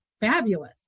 fabulous